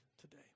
today